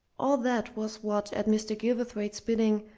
all that was what, at mr. gilverthwaite's bidding,